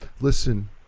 listen